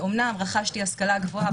אמנם רכשתי השכלה גבוהה,